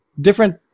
different